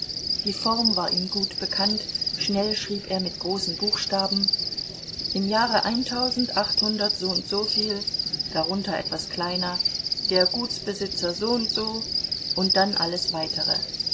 die form war ihm gut bekannt schnell schrieb er mit großen buchstaben im jahre eintausendachthundertsoundsoviel darunter etwas kleiner der gutsbesitzer soundso und dann alles weitere